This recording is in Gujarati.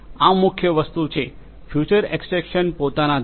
આ મુખ્ય વસ્તુ છે ફીચર એક્સટ્રેકશન પોતાના ઘ્વારા